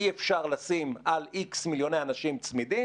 אי אפשר לשים על X מיליוני אנשים צמיד,